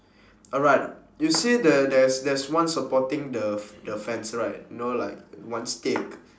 alright you see there there's there's one supporting the f~ the fence right you know like one stick